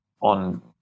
on